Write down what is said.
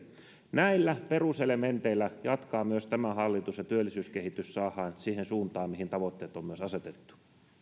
näillä peruselementeillä jatkaa myös tämä hallitus ja työllisyyskehitys saadaan siihen suuntaan mihin tavoitteet on asetettu